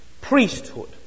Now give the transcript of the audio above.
Priesthood